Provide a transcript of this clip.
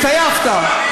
התעייפת,